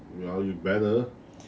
ya you better